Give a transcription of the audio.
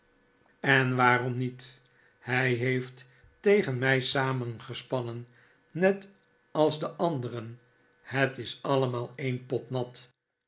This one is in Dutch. en waarom niet hij heeft tegen mij samengespantten net als de anderen het is allemaal een pot nat